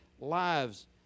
lives